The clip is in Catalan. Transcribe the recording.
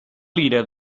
lira